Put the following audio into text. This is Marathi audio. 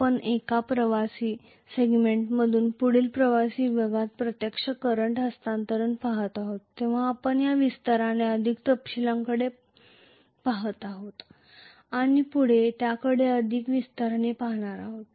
आपण एका प्रवासी सेगमेंटमधून पुढील प्रवासी विभागातील प्रत्यक्ष करंट हस्तांतरण पहात आहोत तेव्हा आपण या विस्ताराने अधिक तपशीलांकडे पहात आहोत आणि पुढे त्याकडे अधिक विस्ताराने पाहणार आहोत